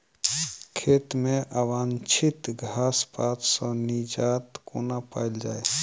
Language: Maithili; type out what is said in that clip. खेत मे अवांछित घास पात सऽ निजात कोना पाइल जाइ?